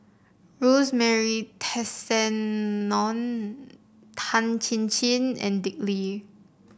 Rosemary Tessensohn Tan Chin Chin and Dick Lee